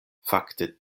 fakte